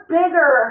bigger